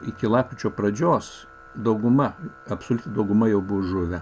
iki lapkričio pradžios dauguma absoliuti dauguma jau bus žuvę